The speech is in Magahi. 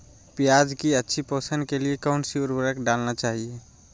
प्याज की अच्छी पोषण के लिए कौन सी उर्वरक डालना चाइए?